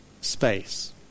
space